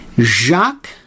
Jacques